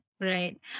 Right